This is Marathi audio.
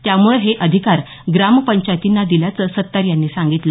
त्यामुळे हे अधिकार ग्रामपंचातींना दिल्याचं सत्तार यांनी सांगितलं